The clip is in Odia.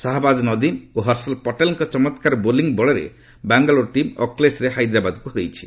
ଶାହାବାଜ୍ ନଦିମ୍ ଓ ହର୍ଷଲ୍ ପଟେଲ୍ଙ୍କ ଚମକ୍କାର ବୋଲିଂ ବଳରେ ବାଙ୍ଗାଲୋର ଟିମ୍ ଅକ୍ଟେଶରେ ହାଇଦ୍ରାବାଦକୁ ହରାଇ ଦେଇଛି